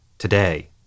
today